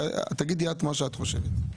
תגידי את מה שאת חושבת.